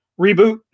reboot